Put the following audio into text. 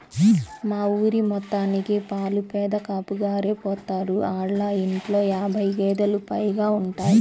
మా ఊరి మొత్తానికి పాలు పెదకాపుగారే పోత్తారు, ఆళ్ళ ఇంట్లో యాబై గేదేలు పైగా ఉంటయ్